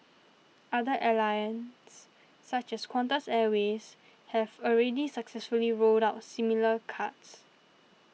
other airlines such as Qantas Airways have already successfully rolled out similar cards